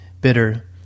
Bitter